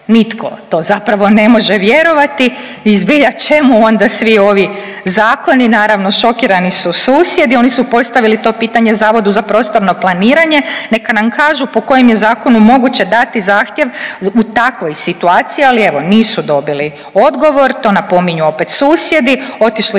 Nitko to zapravo ne može vjerovati i zbilja čemu onda svi ovi zakoni, naravno šokirani su susjedi. Oni su postavili to pitanje Zavodu za prostorno planiranje neka nam kažu po kojem je zakonu moguće dati zahtjev u takvoj situaciji, ali evo, nisu dobili odgovor, to napominju opet susjedi. Otišli